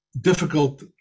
difficult